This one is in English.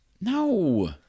No